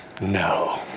No